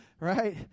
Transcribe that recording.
Right